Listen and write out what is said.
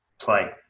play